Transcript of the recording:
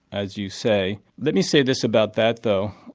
as you say. let me say this about that though,